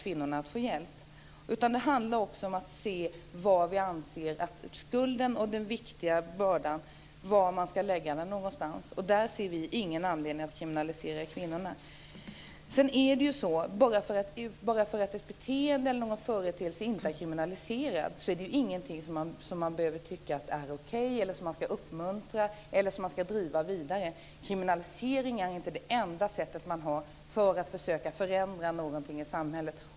I stället handlar det om att se vad vi anser är skulden och se var man ska lägga bördan någonstans, och där ser vi ingen anledning att kriminalisera kvinnorna. Bara för att ett beteende eller en företeelse inte är kriminaliserad är det ingenting som man behöver tycka är okej, som man ska uppmuntra eller driva vidare. Kriminalisering är inte det enda sätt man har för att försöka förändra något i samhället.